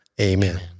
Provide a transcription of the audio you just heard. Amen